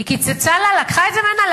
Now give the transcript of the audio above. היא קיצצה לה, לקחה את זה ממנה.